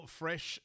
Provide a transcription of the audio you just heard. fresh